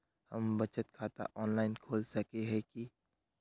हम बचत खाता ऑनलाइन खोल सके है की?